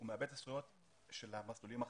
הוא מאבד את הזכויות של המסלולים החרדיים.